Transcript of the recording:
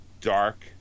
dark